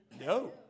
No